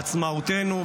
עצמאותנו,